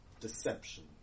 deception